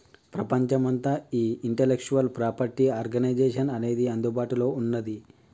ప్రపంచమంతా ఈ intellectual property organisation అనేది అందుబాటులో ఉన్నది